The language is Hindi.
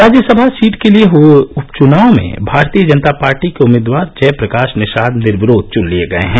राज्यसभा सीट के लिये हये उपचनाव में भारतीय जनता पार्टी के उम्मीदवार जय प्रकाश निषाद निर्विरोध चन लिये गये हैं